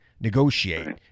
Negotiate